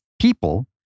people